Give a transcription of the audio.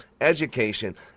education